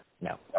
No